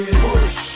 push